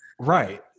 Right